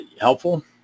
helpful